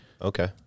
Okay